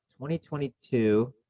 2022